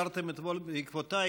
תרתם אתמול בעקבותיי.